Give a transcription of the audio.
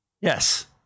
Yes